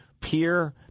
Peer